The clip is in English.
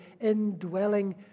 indwelling